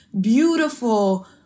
beautiful